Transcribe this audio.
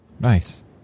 nice